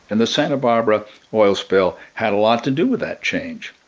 and the santa barbara oil spill, had a lot to do with that change